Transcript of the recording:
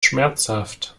schmerzhaft